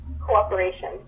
cooperation